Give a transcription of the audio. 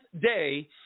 day